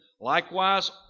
Likewise